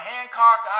Hancock